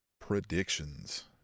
predictions